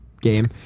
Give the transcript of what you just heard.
game